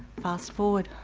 fast forward.